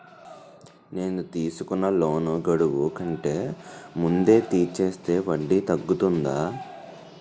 నేను తీసుకున్న లోన్ గడువు కంటే ముందే తీర్చేస్తే వడ్డీ తగ్గుతుందా?